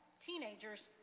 teenagers